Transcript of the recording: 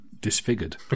disfigured